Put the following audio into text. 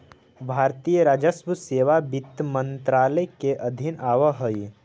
भारतीय राजस्व सेवा वित्त मंत्रालय के अधीन आवऽ हइ